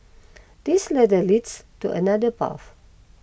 this ladder leads to another path